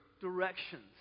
directions